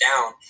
down